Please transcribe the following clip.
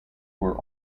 were